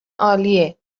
عالیه